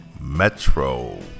Metro